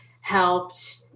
helped